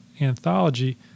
anthology